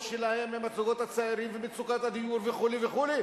שלהם עם הזוגות הצעירים ומצוקת הדיור וכו' וכו'.